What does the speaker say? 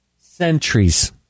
Centuries